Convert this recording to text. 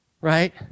Right